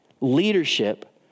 Leadership